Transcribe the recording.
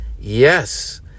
Yes